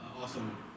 awesome